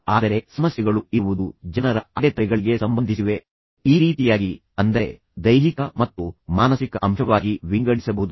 ಆದರೆ ಸಮಸ್ಯೆಗಳು ಇರುವುದು ಜನರ ಅಡೆತಡೆಗಳಿಗೆ ಸಂಬಂಧಿಸಿವೆ ಈ ರೀತಿಯಾಗಿ ಅಂದರೆ ದೈಹಿಕ ಮತ್ತು ಮಾನಸಿಕ ಅಂಶವಾಗಿ ವಿಂಗಡಿಸಬಹುದು